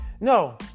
No